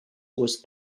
was